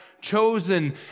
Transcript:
chosen